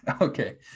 Okay